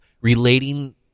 relating